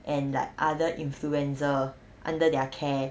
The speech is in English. and like other influencer under their care